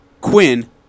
Quinn